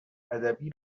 بیادبی